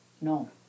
No